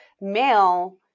male